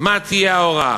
מה תהיה ההוראה,